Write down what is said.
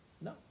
No